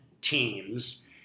teams